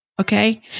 Okay